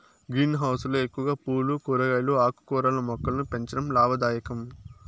green house లో ఎక్కువగా పూలు, కూరగాయలు, ఆకుకూరల మొక్కలను పెంచడం లాభదాయకం